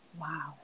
Wow